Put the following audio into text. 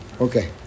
Okay